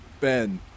Ben